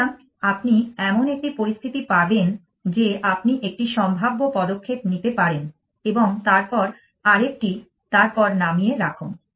সুতরাং আপনি এমন একটি পরিস্থিতি পাবেন যে আপনি একটি সম্ভাব্য পদক্ষেপ নিতে পারেন এবং তারপর আরেকটি তারপর নামিয়ে রাখুন